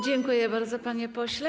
Dziękuję bardzo, panie pośle.